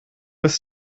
ist